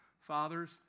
Fathers